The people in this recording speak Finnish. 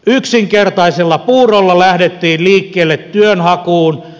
yksinkertaisella puurolla lähdettiin liikkeelle työnhakuun